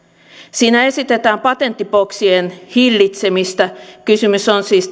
siinä esitetään patenttiboksien hillitsemistä kysymys on siis